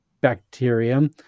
bacterium